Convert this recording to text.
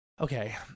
Okay